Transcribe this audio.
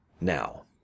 Now